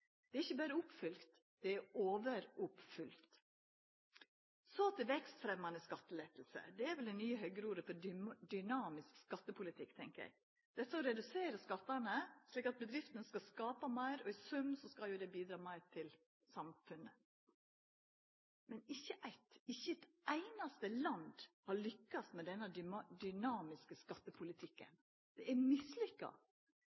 Dette er ikkje berre oppfylt, det er overoppfylt. Så til vekstfremjande skattelettar – det er vel det nye Høgre-ordet for dynamisk skattepolitikk, tenkjer eg – det å redusera skattane slik at bedriftene skal skapa meir, og i sum skal det bidra meir til samfunnet. Men ikkje eitt land – ikkje eit einaste – har lykkast med denne dynamiske